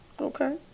okay